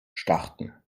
starten